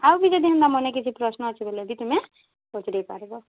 ଆଉ ବି ଯଦି ହେନ୍ତା ମନେ କିଛି ପ୍ରଶ୍ନ ଅଛି ବେଲେ ବି ତୁମେ ପଚ୍ରେଇପାର୍ବ